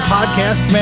Podcast